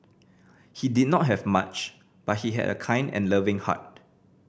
he did not have much but he had a kind and loving heart